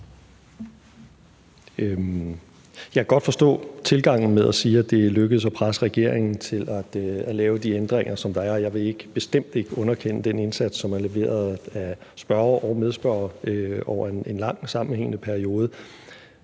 Jeg kan godt forstå tilgangen med at sige, at det er lykkedes at presse regeringen til at lave de ændringer, der er. Jeg vil bestemt ikke underkende den indsats, som er leveret af spørgeren og medspørgeren over en lang sammenhængende periode,